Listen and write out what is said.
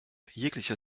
jeglicher